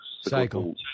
cycle